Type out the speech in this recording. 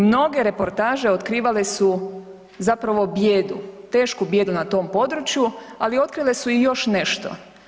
Mnoge reportaže otkrivale su zapravo bijedu, tešku bijedu na tom području, ali otkrile su i još nešto.